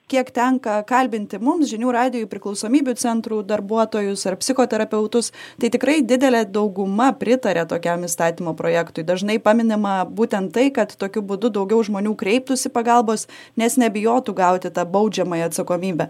kiek tenka kalbinti mums žinių radijui priklausomybių centrų darbuotojus ar psichoterapeutus tai tikrai didelė dauguma pritaria tokiam įstatymo projektui dažnai paminima būtent tai kad tokiu būdu daugiau žmonių kreiptųsi pagalbos nes nebijotų gauti tą baudžiamąją atsakomybę